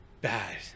bad